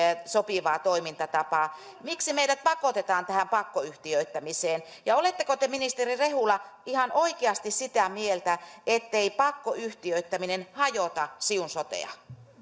sopivaa toimintatapaa miksi meidät pakotetaan tähän pakkoyhtiöittämiseen ja oletteko te ministeri rehula ihan oikeasti sitä mieltä ettei pakkoyhtiöittäminen hajota siun sotea